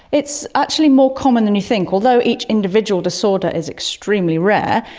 it's actually more common than you think. although each individual disorder is extremely rare,